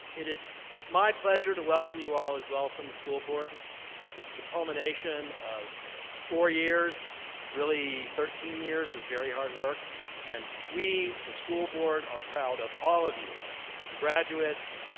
it is my pleasure to welcome you all as well from the school board this is the culmination of four years really thirteen years of very hard work and we, the school board, are proud of all of you the graduates,